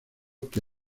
que